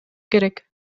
керек